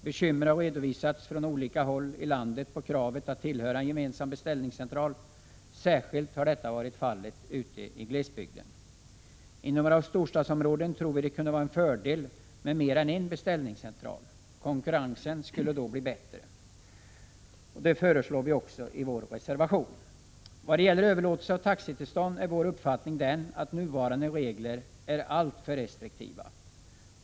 Bekymmer har redovisats från olika håll i landet över kravet på anslutning till en gemensam beställningscentral, och särskilt har detta varit fallet beträffande glesbygden. Vi tror att det inom storstadsområdena kunde vara till fördel med mer än en beställningscentral. Konkurrensen skulle då bli bättre. Vi föreslår också detta i vår reservation. När det gäller överlåtelse av taxitillstånd är vår uppfattning den att nuvarande regler är alltför restriktiva.